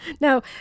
No